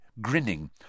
grinning